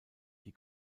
die